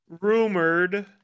rumored